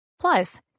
Plus